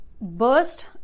burst